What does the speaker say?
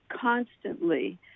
constantly